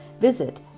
visit